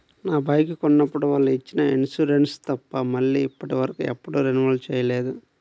నా బైకు కొన్నప్పుడు వాళ్ళు ఇచ్చిన ఇన్సూరెన్సు తప్ప మళ్ళీ ఇప్పటివరకు ఎప్పుడూ రెన్యువల్ చేయలేదు